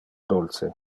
dulce